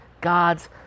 God's